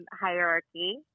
hierarchy